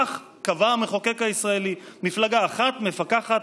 כך קבע המחוקק הישראלי: מפלגה אחת מפקחת